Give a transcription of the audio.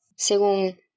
Según